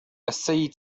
السيد